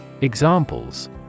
Examples